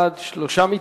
אזרחותו של האסיר (תיקון מס' 3)